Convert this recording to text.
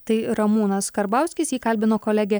tai ramūnas karbauskis jį kalbino kolegė